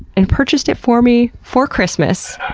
and purchased it for me for christmas.